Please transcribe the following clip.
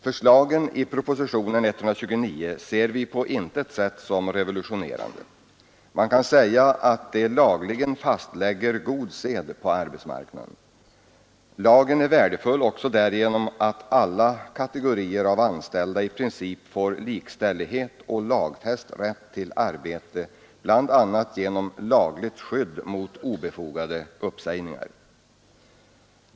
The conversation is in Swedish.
Förslagen i propositionen 129 ser vi på intet sätt som revolutionerande. Man kan säga att de lagligen fastlägger god sed på arbetsmarknaden. Lagen är värdefull också därigenom att alla kategorier av anställda i princip får likställighet och lagfäst rätt till arbete, bl.a. genom lagligt skydd mot obefogade uppsägningar.